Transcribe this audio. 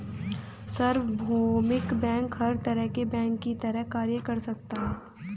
सार्वभौमिक बैंक हर तरह के बैंक की तरह कार्य कर सकता है